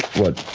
what,